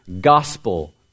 gospel